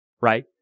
right